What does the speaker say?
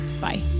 Bye